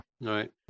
right